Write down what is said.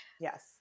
Yes